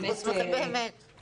אנחנו באמת שמחים.